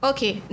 Okay